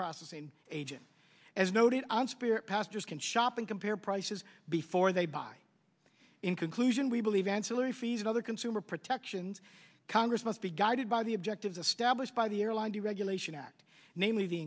processing agent as noted on spirit pastors can shop compare prices before they buy in conclusion we believe ancillary fees other consumer protections congress must be guided by the objectives of stablish by the airline deregulation act namely the